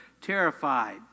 terrified